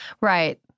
Right